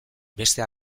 beste